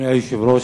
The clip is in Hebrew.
אדוני היושב-ראש,